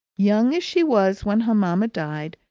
young as she was when her mama died,